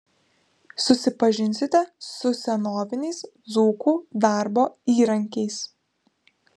susipažinsite su senoviniais dzūkų darbo įrankiais